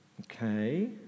Okay